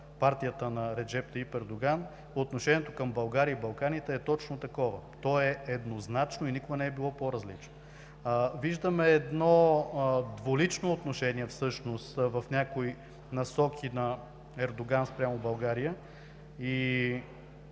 партията на Реджеп Ердоган, отношението към България и Балканите е точно такова – еднозначно и никога не е било по-различно. Всъщност виждаме едно двулично отношение в някои насоки на Ердоган спрямо България и